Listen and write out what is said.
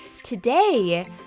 Today